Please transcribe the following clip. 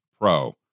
pro